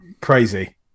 crazy